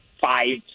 five